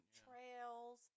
trails